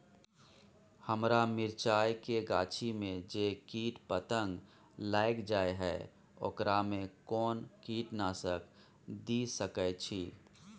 हमरा मिर्चाय के गाछी में जे कीट पतंग लैग जाय है ओकरा में कोन कीटनासक दिय सकै छी?